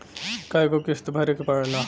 कय गो किस्त भरे के पड़ेला?